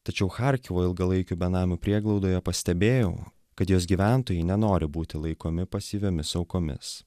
tačiau charkivo ilgalaikių benamių prieglaudoje pastebėjau kad jos gyventojai nenori būti laikomi pasyviomis aukomis